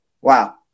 wow